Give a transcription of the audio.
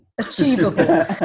achievable